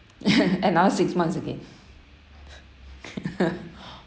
another six months again